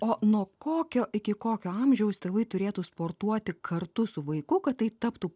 o nuo kokio iki kokio amžiaus tėvai turėtų sportuoti kartu su vaiku kad tai taptų